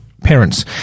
Parents